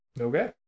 Okay